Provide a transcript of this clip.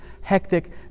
hectic